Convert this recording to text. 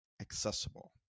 accessible